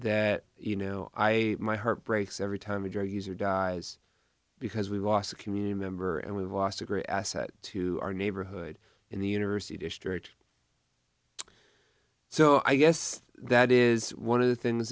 that you know i my heart breaks every time a drug user dies because we've lost a community member and we've lost a great asset to our neighborhood in the university district so i guess that is one of the things